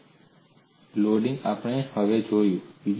તે લોડિંગ આપણે હવે જોયું છે